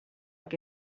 que